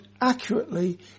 accurately